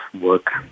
work